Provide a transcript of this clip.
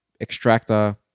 Extractor